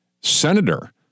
senator